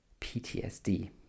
PTSD